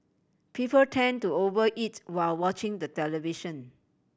people tend to over eat while watching the television